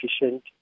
efficient